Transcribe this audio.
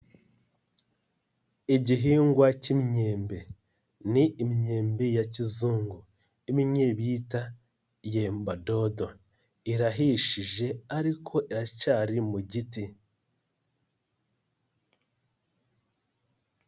Igihingwa k'imyembe, ni imyembi ya kizungu, imwe yita yembadodo, irahishije ariko iracyari mu giti.